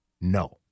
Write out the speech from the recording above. no